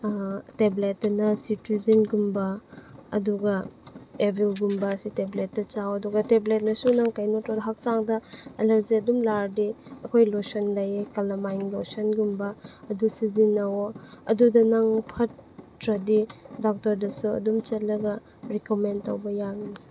ꯇꯦꯕ꯭ꯂꯦꯠꯇꯅ ꯁꯤꯇ꯭ꯔꯤꯖꯤꯟꯒꯨꯝꯕ ꯑꯗꯨꯒ ꯑꯦꯕꯤꯜꯒꯨꯝꯕ ꯁꯤ ꯇꯦꯕ꯭ꯂꯦꯠꯇ ꯆꯥꯎ ꯑꯗꯨꯒ ꯇꯦꯕ꯭ꯂꯦꯠꯇꯁꯨ ꯅꯪ ꯀꯩꯅꯣ ꯇꯧꯔ ꯅꯪ ꯍꯛꯆꯥꯡꯗ ꯑꯦꯂꯔꯖꯤꯛ ꯑꯗꯨꯝ ꯂꯥꯛꯂꯗꯤ ꯑꯩꯈꯣꯏ ꯂꯣꯁꯟ ꯂꯩꯌꯦ ꯀꯂꯥꯃꯥꯏꯟ ꯂꯣꯁꯟꯒꯨꯝꯕ ꯑꯗꯨ ꯁꯤꯖꯤꯟꯅꯧꯋꯣ ꯑꯗꯨꯗ ꯅꯪ ꯐꯠꯇ꯭ꯔꯗꯤ ꯗꯥꯛꯇꯔꯗꯁꯨ ꯑꯗꯨꯝ ꯆꯠꯂꯒ ꯔꯤꯀꯣꯃꯦꯟ ꯇꯧꯕ ꯌꯥꯒꯅꯤ